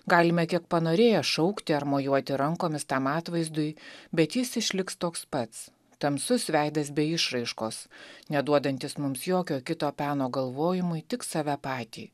galime kiek panorėję šaukti ar mojuoti rankomis tam atvaizdui bet jis išliks toks pats tamsus veidas be išraiškos neduodantis mums jokio kito peno galvojimui tik save patį